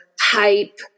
hype